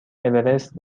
اورست